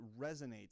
resonates